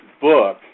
book